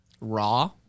raw